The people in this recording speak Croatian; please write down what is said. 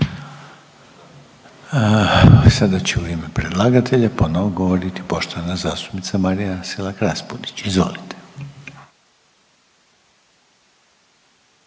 Sada će u ime predlagatelja ponovno govoriti poštovana zastupnica Marija Selak Raspudić. Izvolite.